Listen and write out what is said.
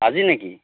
আজি নেকি